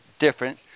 different